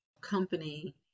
company